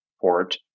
port